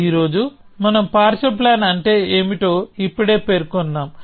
ఈ రోజు మనం పార్షియల్ ప్లాన్ అంటే ఏమిటో ఇప్పుడే పేర్కొన్నాము